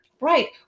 Right